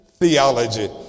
theology